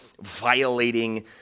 violating